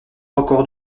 records